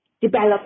develop